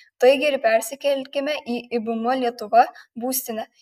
taigi ir persikelkime į ibm lietuva būstinę